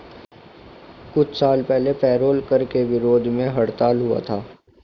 कुछ साल पहले पेरोल कर के विरोध में हड़ताल हुआ था